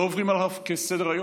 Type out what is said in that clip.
לא עוברים עליו לסדר-היום.